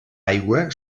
aigua